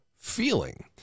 feeling